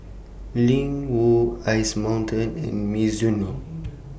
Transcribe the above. Ling Wu Ice Mountain and Mizuno